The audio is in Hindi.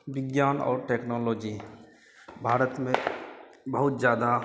विज्ञान और टेक्नोलोजी भारत में बहुत ज़्यादा